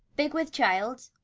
big with child,